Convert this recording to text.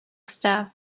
staff